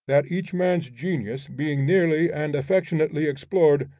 that, each man's genius being nearly and affectionately explored,